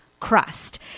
crust